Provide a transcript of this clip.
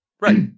Right